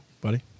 buddy